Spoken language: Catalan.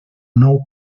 nou